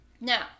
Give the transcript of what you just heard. Now